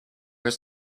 was